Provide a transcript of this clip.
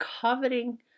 coveting